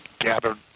gathered